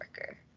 worker